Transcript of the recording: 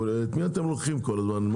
את מי אתם לוקחים כל הזמן?